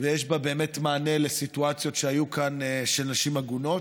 ויש בה באמת מענה על סיטואציות שהיו כאן של נשים עגונות.